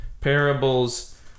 parables